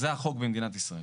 זה החוק במדינת ישראל.